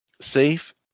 safe